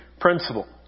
principle